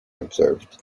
observed